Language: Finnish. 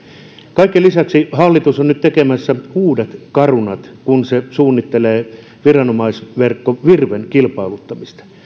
kaiken lisäksi hallitus on nyt tekemässä uudet carunat kun se suunnittelee viranomaisverkko virven kilpailuttamista